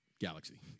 galaxy